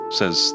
says